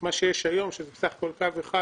מה שיש היום כאשר זה בסך הכול קו אחד